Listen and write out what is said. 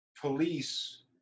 police